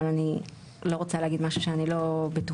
אבל אני לא רוצה להגיד משהו שאני לא בטוחה,